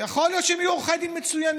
יכול להיות שהם יהיו עורכי דין מצוינים,